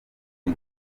isi